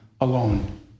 alone